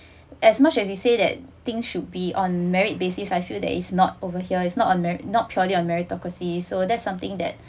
as much as you say that things should be on merit basis I feel that it's not over here is not uh not purely on meritocracy so that's something that